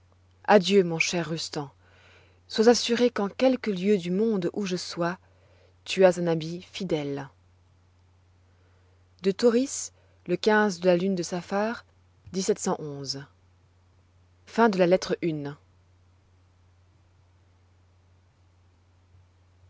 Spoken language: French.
adieu mon cher rustan sois assuré qu'en quelque lieu du monde où je sois tu as un ami fidèle de tauris le de la lune de